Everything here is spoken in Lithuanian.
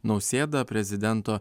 nausėda prezidento